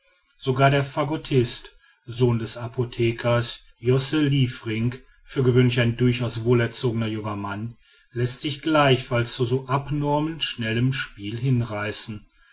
sogar der fagottist sohn des apothekers josse liefrink für gewöhnlich ein durchaus wohlerzogener junger mann läßt sich gleichfalls zu so abnorm schnellem spiel hinreißen